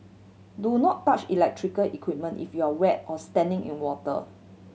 do not touch electrical equipment if you are wet or standing in water